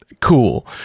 cool